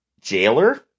jailer